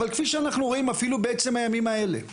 אבל כפי שאנחנו רואים אפילו בעצם הימים האלה,